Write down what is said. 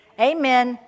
Amen